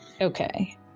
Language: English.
Okay